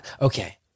Okay